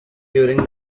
during